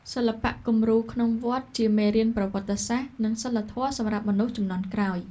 សិល្បៈគំនូរក្នុងវត្ត ជាមេរៀនប្រវត្តិសាស្ត្រ និងសីលធម៌សម្រាប់មនុស្សជំនាន់ក្រោយ។